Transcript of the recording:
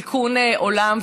תיקון עולם,